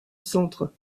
centre